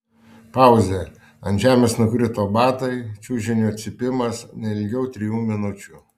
pauzė ant žemės nukrito batai čiužinio cypimas ne ilgiau trijų minučių